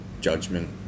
judgment